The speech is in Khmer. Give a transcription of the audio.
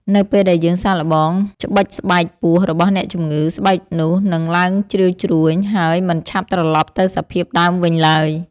នៅពេលដែលយើងសាកល្បងច្បិចស្បែកពោះរបស់អ្នកជំងឺ ស្បែកនោះនឹងឡើងជ្រីវជ្រួញ ហើយមិនឆាប់ត្រឡប់ទៅសភាពដើមវិញឡើយ។